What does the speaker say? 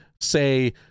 say